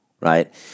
Right